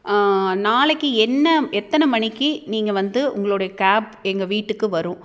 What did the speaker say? நாளைக்கு என்ன எத்தனை மணிக்கு நீங்கள் வந்து உங்களோடய கேப் எங்கள் வீட்டுக்கு வரும்